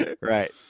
Right